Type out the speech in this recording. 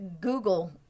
google